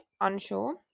unsure